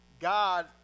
god